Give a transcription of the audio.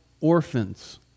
orphans